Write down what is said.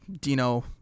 Dino